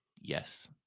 yes